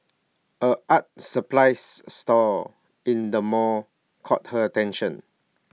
A art supplies store in the mall caught her attention